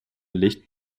licht